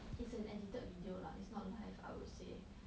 it's an edit video lah it's not live I would say